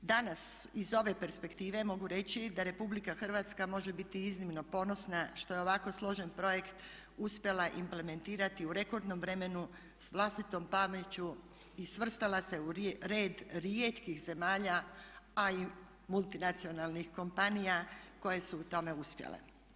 Danas iz ove perspektive mogu reći da RH može biti iznimno ponosna što je ovako složen projekt uspjela implementirati u rekordnom vremenu s vlastitom pameću i svrstala se u red rijetkih zemalja, a i multinacionalnih kompanija koje su u tome uspjele.